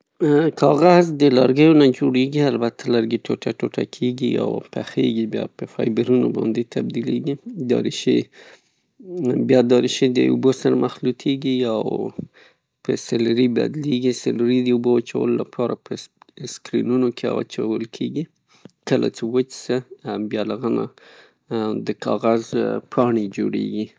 کاغذ د لرګیو نه جوړیږي البته لرګي ټوټه ټوټه کیږي او پخیږي بیا په فایبرونو باندې بدلیږي، بیا دا ریسشې له اوبو سره مخلوطیږي، په سیلري بدلیږي او سیلري د اوبو وچولو د پاره په سکرینونو کې اچول کیږي، کله چه وچ سي بیا د هغه نه د کاغذ پاڼې جوړیږي.